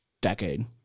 decade